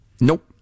Nope